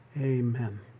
Amen